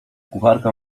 kucharka